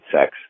sex